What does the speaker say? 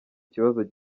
kibazo